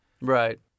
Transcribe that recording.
Right